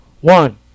One